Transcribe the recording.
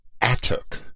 attic